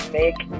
make